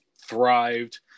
thrived